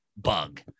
bug